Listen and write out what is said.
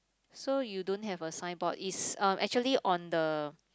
so you don't have a signboard it's uh actually on the